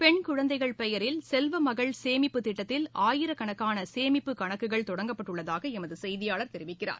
பெண் குழந்தைகள் பெயரில் செல்வமகள் சேமிப்புத் திட்டத்தில் ஆயிரக்கணக்கானசேமிப்பு கணக்குகள் தொடங்கப்பட்டுள்ளதாகளமதுசெய்தியாளர் தெரிவிக்கிறார்